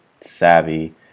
savvy